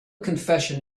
confession